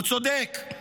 הוא צודק.